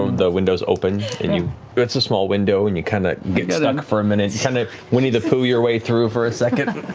the window's open and you you it's a small window and you kind of get yeah stuck and for a minute. you kind of winnie the pooh your way through for a second.